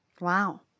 Wow